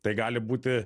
tai gali būti